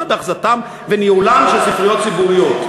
באחזקתן וניהולן של ספריות ציבוריות.